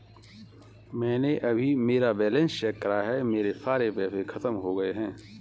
मैंने अभी मेरा बैलन्स चेक करा है, मेरे सारे पैसे खत्म हो गए हैं